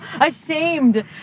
ashamed